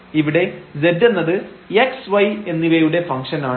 ഇവിടെ z എന്നത് x y എന്നിവയുടെ ഫംഗ്ഷൻആണ്